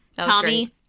Tommy